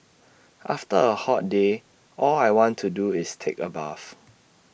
after A hot day all I want to do is take A bath